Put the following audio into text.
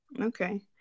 okay